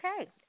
okay